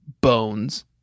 Bones